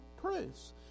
proofs